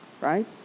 Right